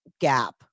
gap